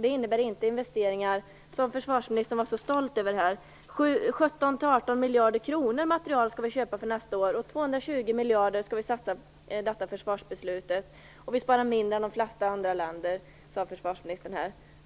Det innebär inte investeringar av den typ som försvarsministern var så stolt över nyss. Vi skall köpa materiel för 17-18 miljarder kronor nästa år, vi skall satsa 220 miljarder i det här försvarsbeslutet och vi sparar mindre än de flesta andra länder, sade försvarsministern.